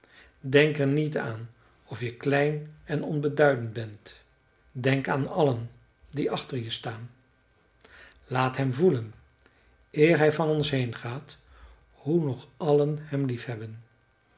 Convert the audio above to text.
denk er niet aan of je klein en onbeduidend ben denk aan allen die achter je staan laat hem voelen eer hij van ons heengaat hoe nog allen hem liefhebben